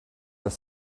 were